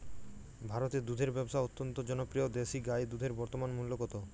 ভারতে দুধের ব্যাবসা অত্যন্ত জনপ্রিয় দেশি গাই দুধের বর্তমান মূল্য কত?